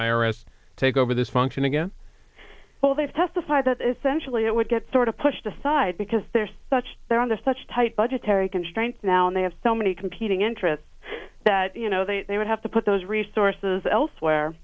s take over this function again well they've testified that essentially it would get sort of pushed aside because they're such they're under such tight budgetary constraints now and they have so many competing interests that you know they would have to put those resources elsewhere